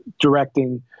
directing